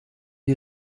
die